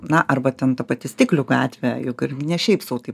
na arba ten ta pati stiklių gatvė juk ne šiaip sau taip